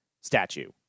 statue